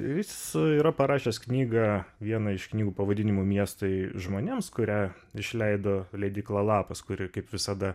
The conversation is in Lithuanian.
jis yra parašęs knygą vieną iš knygų pavadinimu miestai žmonėms kurią išleido leidykla lapas kuri kaip visada